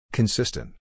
Consistent